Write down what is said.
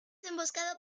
emboscado